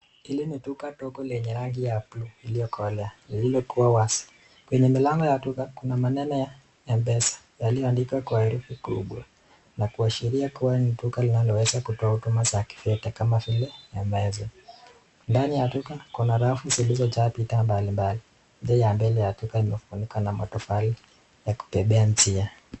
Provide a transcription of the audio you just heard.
Hili ni duka dogo lenye rangi ya blue iliyokolea lililokuwa wazi, kwenye mlango ya duka kuna maneno ya Mpesa yaliyoandikwa kwa herufi kubwa kuashiria kuwa ni duka linaloweza huduma za kifedha kama vile Mpesa, ndani ya duka kuna rafu zilizojaa picha mbalimbali nje ya mbele ya duka iliyofunikwa matofali ya kubebea njia.